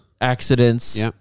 Accidents